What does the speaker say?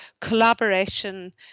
collaboration